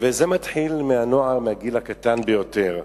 וזה מתחיל מהנוער, מהגיל הקטן ביותר.